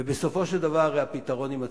ובסופו של דבר הפתרון יימצא.